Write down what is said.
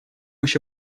еще